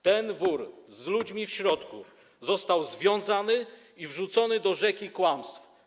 Ten wór, z ludźmi w środku, został związany i wrzucony do rzeki kłamstw.